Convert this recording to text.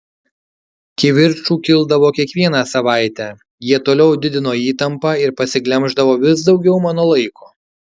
kivirčų kildavo kiekvieną savaitę jie toliau didino įtampą ir pasiglemždavo vis daugiau mano laiko